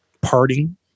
parting